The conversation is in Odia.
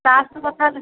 ତା ସହ କଥାହେଲେ